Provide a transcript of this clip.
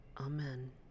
Amen